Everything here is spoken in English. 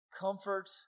comfort